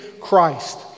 Christ